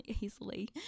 easily